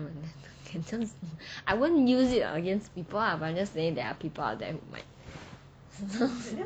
I won't use it against people lah ah but just saying there are people out there who might